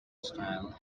style